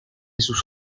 sus